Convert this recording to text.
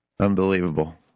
Unbelievable